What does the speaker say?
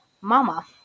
mama